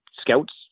scouts